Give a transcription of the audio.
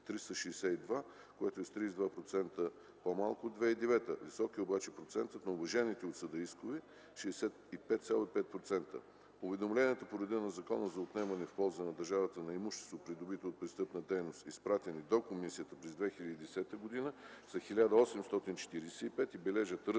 362, което е с 32,7% по-малко от 2009 г. Висок е обаче процентът на уважените от съда искове – 65,5%. Уведомленията по реда на Закона за отнемане в полза на държавата на имущество, придобито от престъпна дейност, изпратени до Комисията през 2010 г., са 1 845 и бележат ръст